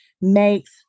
makes